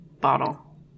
bottle